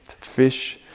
fish